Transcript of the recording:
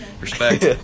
Respect